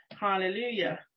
Hallelujah